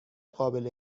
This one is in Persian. قابل